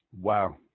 Wow